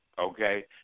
okay